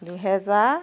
দুহেজাৰ